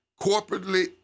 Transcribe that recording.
corporately